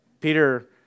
Peter